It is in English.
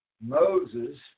Moses